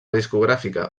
discogràfica